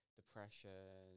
depression